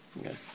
Okay